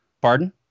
Pardon